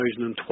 2012